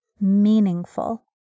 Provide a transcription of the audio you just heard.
meaningful